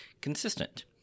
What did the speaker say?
consistent